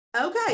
Okay